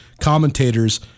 commentators